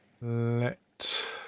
Let